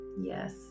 Yes